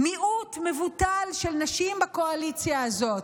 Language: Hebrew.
מיעוט מבוטל של נשים בקואליציה הזאת,